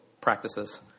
practices